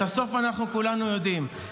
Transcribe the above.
את הסוף כולנו יודעים.